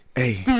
hey